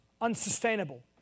unsustainable